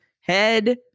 head